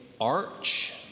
Arch